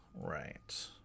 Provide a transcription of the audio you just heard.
Right